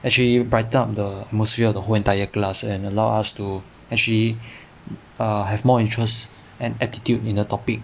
actually brighten up the atmosphere the whole entire class and allow us to actually err have more interest and attitude in the topic